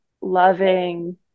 loving